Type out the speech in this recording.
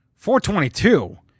422